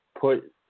put